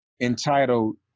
entitled